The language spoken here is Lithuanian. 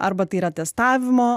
arba tai yra testavimo